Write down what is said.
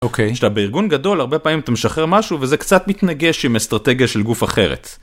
אוקיי. עכשיו בארגון גדול הרבה פעמים אתה משחרר משהו וזה קצת מתנגש עם אסטרטגיה של גוף אחרת.